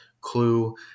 clue